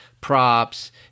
props